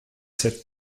sept